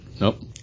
nope